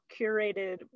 curated